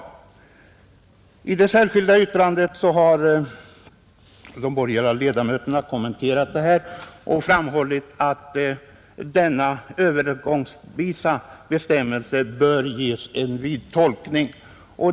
I det särskilda yttrandet har de borgerliga ledamöterna kommenterat detta och framhållit att denna övergångsbestämmelse bör ges en vid tolkning.